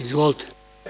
Izvolite.